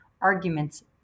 arguments